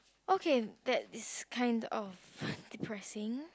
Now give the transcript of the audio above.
okay that is kind of depressing